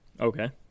okay